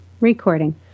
Recording